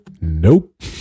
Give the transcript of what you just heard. Nope